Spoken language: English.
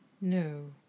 No